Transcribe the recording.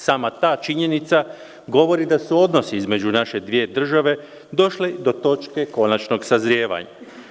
Sama ta činjenica govori da su odnosi između naše dvije države došli do točke konačnog sazrijevanja.